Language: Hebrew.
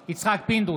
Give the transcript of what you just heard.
פינדרוס,